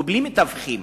ובלי מתווכים.